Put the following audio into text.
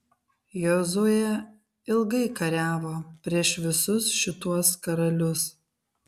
jozuė ilgai kariavo prieš visus šituos karalius